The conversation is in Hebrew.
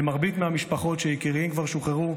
למרבית המשפחות שיקיריהם כבר שוחררו,